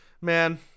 man